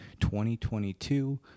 2022